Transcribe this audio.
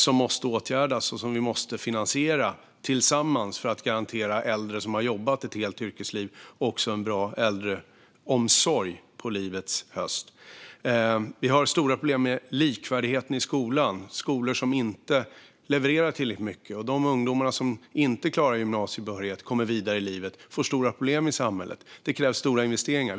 De måste åtgärdas, och vi måste finansiera dem tillsammans för att garantera äldre som har jobbat ett helt yrkesliv en bra äldreomsorg på livets höst. Vi har stora problem med likvärdigheten i skolan och med skolor som inte levererar tillräckligt mycket. De ungdomar som inte klarar gymnasiebehörighet och inte kommer vidare i livet får stora problem i samhället. Det krävs stora investeringar.